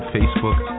Facebook